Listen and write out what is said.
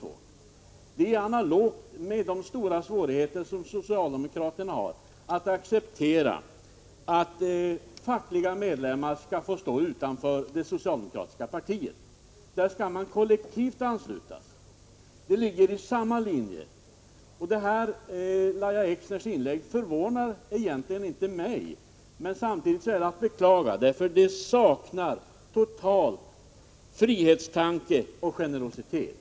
Detta är analogt med de stora svårigheter som socialdemokraterna har att acceptera att fackliga medlemmar skall få stå utanför det socialdemokratiska partiet. Därvidlag skall man kollektivt anslutas. Dessa båda saker ligger i linje med varandra. Lahja Exners inlägg förvånar egentligen inte mig. Men samtidigt är det att beklaga, för det saknar totalt frihetstanke och generositet.